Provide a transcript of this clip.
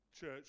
Church